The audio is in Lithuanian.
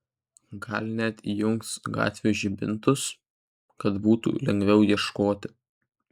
gal net įjungs gatvių žibintus kad būtų lengviau ieškoti